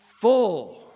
full